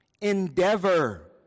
endeavor